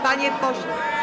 Panie pośle.